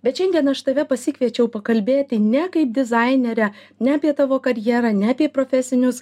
bet šiandien aš tave pasikviečiau pakalbėti ne kaip dizainerę ne apie tavo karjerą ne apie profesinius